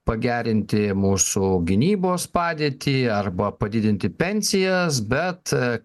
pagerinti mūsų gynybos padėtį arba padidinti pensijas bet